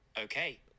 Okay